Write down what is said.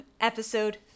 Episode